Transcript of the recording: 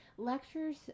Lectures